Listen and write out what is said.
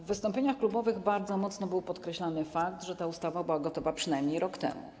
W wystąpieniach klubowych bardzo mocno podkreślano fakt, że ta ustawa była gotowa przynajmniej rok temu.